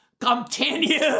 Continue